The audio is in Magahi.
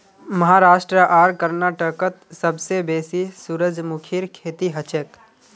महाराष्ट्र आर कर्नाटकत सबसे बेसी सूरजमुखीर खेती हछेक